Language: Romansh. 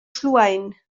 schluein